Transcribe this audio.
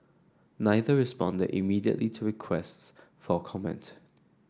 neither responded immediately to requests for comment